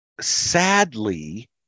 sadly